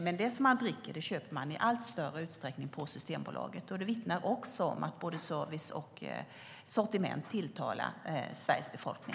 Men det som de dricker köper de i allt större utsträckning på Systembolaget. Det vittnar om att både service och sortiment tilltalar Sveriges befolkning.